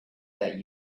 that